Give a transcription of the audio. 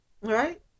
right